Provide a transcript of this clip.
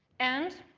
and